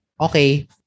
okay